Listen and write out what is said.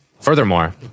Furthermore